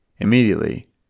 Immediately